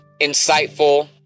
insightful